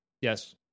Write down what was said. yes